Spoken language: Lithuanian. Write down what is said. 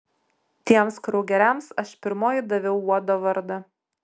tiems kraugeriams aš pirmoji daviau uodo vardą